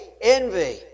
envy